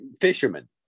fishermen